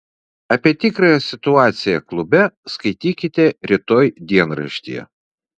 apie tikrąją situaciją klube skaitykite rytoj dienraštyje